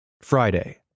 Friday